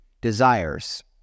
desires